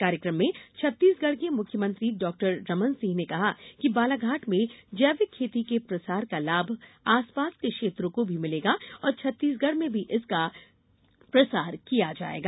कार्यकम में छत्तीसगढ़ के मुख्यमंत्री डॉक्टर रमन सिंह ने कहा कि बालाघाट में जैविक खेती के प्रसार का लाभ आसपास के क्षेत्रों को भी मिलेगा और छत्तीसगढ़ में भी इसका प्रसार किया जायेगा